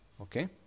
okay